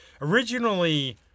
Originally